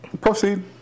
proceed